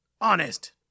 Honest